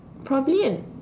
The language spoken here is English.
probably an